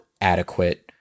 adequate